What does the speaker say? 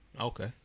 Okay